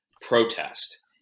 protest